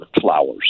flowers